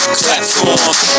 platform